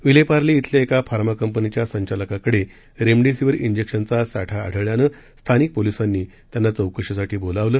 विलेपार्ले इथल्या एका फार्मा कंपनीच्या संचालकाकडे रेमडेसिवीर इंजेक्शनचा साठा आढळल्यानं स्थानिक पोलिसांनी त्यांना चौकशीसाठी बोलावलं